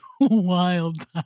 wild